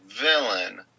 villain